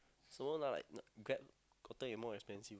some more now like Grab gotten it more expensive